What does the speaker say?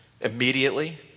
immediately